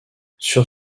sur